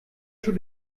schon